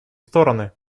стороны